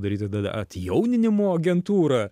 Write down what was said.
daryti tada atjauninimo agentūrą